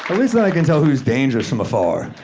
at least then, i can tell who's dangerous from afar.